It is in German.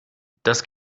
das